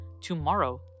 tomorrow